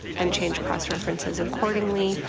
and change cross-references accordingly.